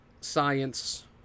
science